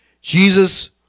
Jesus